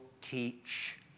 teach